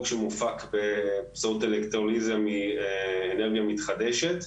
שמופק באמצעות אלקטרוליזה מאנרגיה מתחדשת.